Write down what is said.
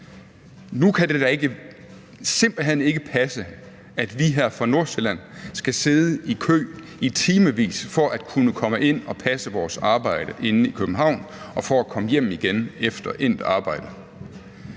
Nu kan det da simpelt hen ikke passe, at vi her fra Nordsjælland skal sidde i kø i timevis for at kunne komme ind og passe vores arbejde inde i København og for at komme hjem igen efter endt arbejde.